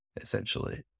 essentially